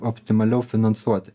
optimaliau finansuoti